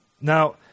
Now